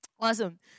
awesome